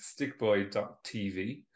stickboy.tv